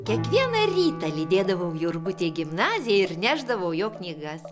kiekvieną rytą lydėdavau jurgutį į gimnaziją ir nešdavau jo knygas